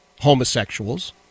homosexuals